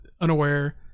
unaware